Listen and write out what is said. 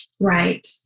right